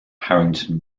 harrington